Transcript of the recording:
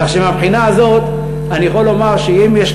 כך שמהבחינה הזאת אני יכול לומר שאם יש